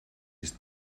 ist